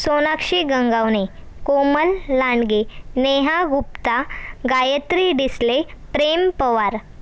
Sonakshi Gangawane Komal Landge Neha Gupta Gayatri Disale Prem Pawar